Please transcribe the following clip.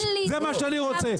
זה מה שאני רוצה.